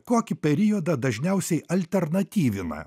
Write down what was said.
kokį periodą dažniausiai alternatyvina